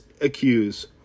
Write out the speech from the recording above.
accuse